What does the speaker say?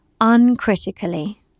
uncritically